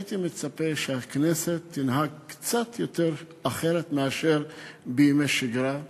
הייתי מצפה שהכנסת תנהג קצת אחרת מאשר בימי שגרה.